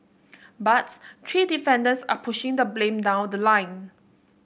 but three defendants are pushing the blame down the line